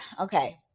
Okay